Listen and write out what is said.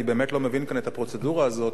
אני באמת לא מבין כאן את הפרוצדורה הזאת,